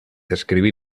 escribir